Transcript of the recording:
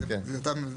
כי זה אותם,